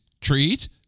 treat